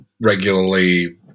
regularly